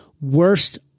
worst